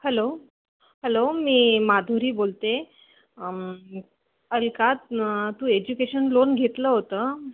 hello hello मी माधुरी बोलते अलकात तू एज्युकेशन लोन घेतलं होतं